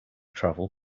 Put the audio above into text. travel